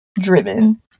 driven